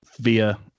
via